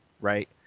right